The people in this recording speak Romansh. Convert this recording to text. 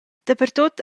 dapertut